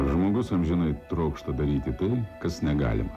žmogus amžinai trokšta daryti tai kas negalima